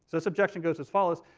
this objection goes as follows,